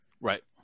Right